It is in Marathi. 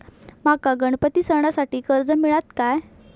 माका गणपती सणासाठी कर्ज मिळत काय?